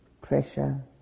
pressure